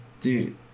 Dude